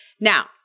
Now